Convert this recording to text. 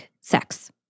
sex